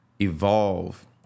evolve